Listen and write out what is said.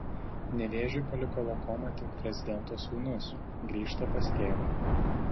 nevėžį paliko lokomotiv prezidento sūnus grįžta pas tėvą